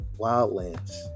Wildlands